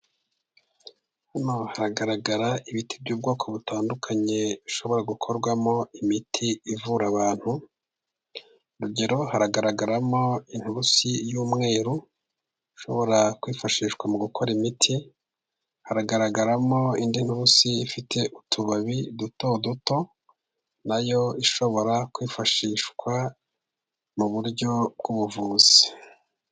Hano hagaragara ibiti by'ubwoko butandukanye， bishobora gukorwamo imiti ivura abantu，urugero： haragaragaramo inturusi y'umweru， ishobora kwifashishwa mu gukora imiti， haragaragaramo indi nturusi ifite utubabi duto duto ，na yo ishobora kwifashishwa mu buryo bw'ubuvuzi.